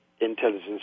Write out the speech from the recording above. intelligence